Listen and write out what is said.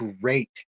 great